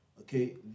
Okay